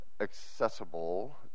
accessible